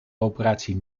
operatie